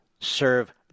serve